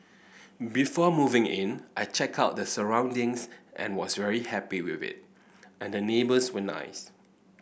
before moving in I checked out the surroundings and was very happy with it and the neighbours were nice